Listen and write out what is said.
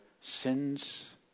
sins